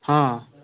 ହଁ